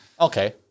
Okay